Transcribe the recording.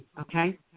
okay